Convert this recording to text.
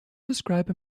describe